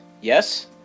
yes